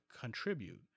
contribute